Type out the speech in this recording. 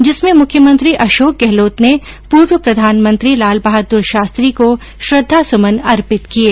जिसमें मुख्यमंत्री अशोक गहलोत ने पूर्व प्रधानमंत्री लालबहादुर शास्त्री को श्रद्वासुमन अर्पित किये